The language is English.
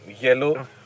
yellow